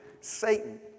Satan